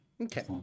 Okay